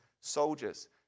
soldiers